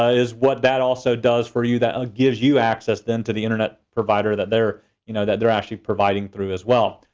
ah is what this also does for you. that ah gives you access then to the internet provider that they're you know that they're actually providing through as well.